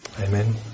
Amen